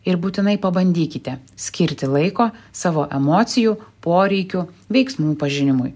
ir būtinai pabandykite skirti laiko savo emocijų poreikių veiksmų pažinimui